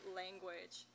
language